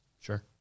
Sure